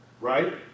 right